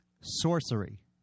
sorcery